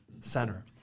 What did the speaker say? Center